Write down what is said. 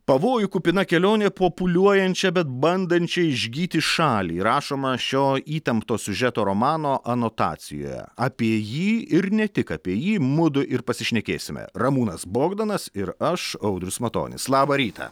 pavojų kupina kelionė po pūliuojančią bet bandančią išgyti šalį rašoma šio įtempto siužeto romano anotacijoje apie jį ir ne tik apie jį mudu ir pasišnekėsime ramūnas bogdanas ir aš audrius matonis labą rytą